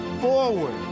forward